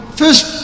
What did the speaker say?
first